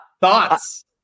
Thoughts